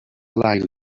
leland